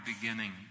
beginning